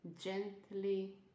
gently